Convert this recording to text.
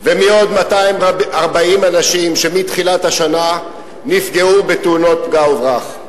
ומעוד 240 אנשים שמתחילת השנה נפגעו בתאונות פגע וברח.